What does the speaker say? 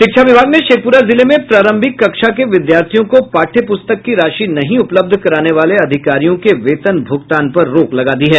शिक्षा विभाग ने शेखपुरा जिले में प्रारम्भिक कक्षा के विद्यार्थियों को पाठ्यपुस्तक की राशि नहीं उपलब्ध कराने वाले अधिकारियों के वेतन भुगतान पर रोक लगा दी है